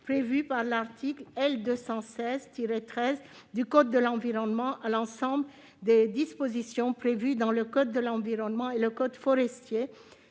prévu par l'article L. 216-13 du code de l'environnement, à l'ensemble des dispositions prévues dans le code de l'environnement et le code forestier,